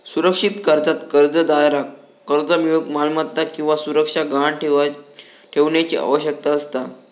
सुरक्षित कर्जात कर्जदाराक कर्ज मिळूक मालमत्ता किंवा सुरक्षा गहाण ठेवण्याची आवश्यकता असता